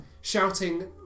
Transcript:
Shouting